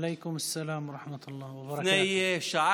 חבר הכנסת איתן גינזבורג, חברת הכנסת עינב